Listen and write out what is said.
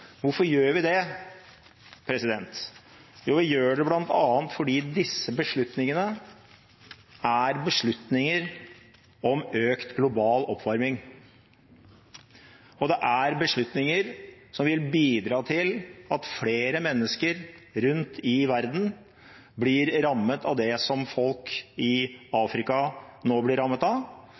Hvorfor gjør vi det? Jo, vi gjør det bl.a. fordi disse beslutningene er beslutninger om økt global oppvarming, og det er beslutninger som vil bidra til at flere mennesker rundt i verden blir rammet av det som folk i Afrika nå blir rammet av,